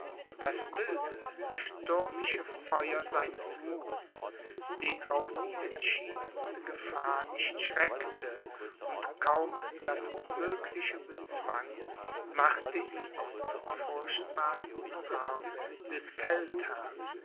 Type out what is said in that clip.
das wilde stürmische feuer seines muths den auch die entschiedenste gefahr nicht schreckte und kaum das unmögliche bezwang machte ihn zum furchtbarsten arm des feldherrn